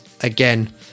again